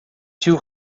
two